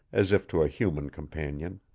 as if to a human companion.